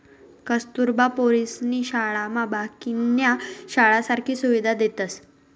कस्तुरबा पोरीसनी शाळामा बाकीन्या शाळासारखी सुविधा देतस